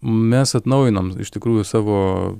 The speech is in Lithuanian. mes atnaujinom iš tikrųjų savo